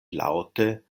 laŭte